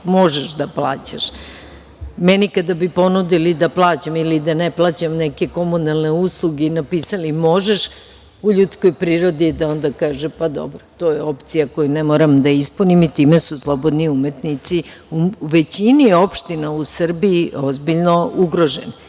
možeš da plaćaš. Meni kada bi ponudili da plaćam ili da ne plaćam neke komunalne usluge i napisali – možeš, u ljudskoj prirodi je da onda kaže – pa dobro, to je opcija koju ne moram da ispunim i time su slobodni umetnici u većini opština u Srbiji ozbiljno ugroženi.